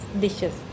dishes